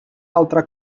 altra